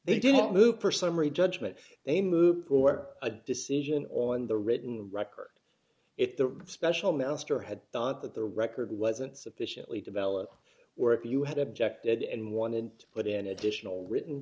they didn't move for summary judgment a move or a decision on the written record if the special master had thought that the record wasn't sufficiently developed where if you had objected and wanted to put in additional written